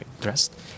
dressed